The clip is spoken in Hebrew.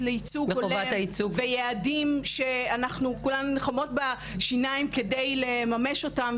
לייצוג ויעדים שכולנו נלחמות בשיניים כדי לממש אותם,